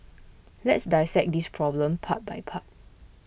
let's dissect this problem part by part